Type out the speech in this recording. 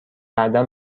بعدا